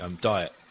diet